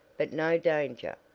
but no danger.